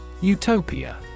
Utopia